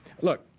Look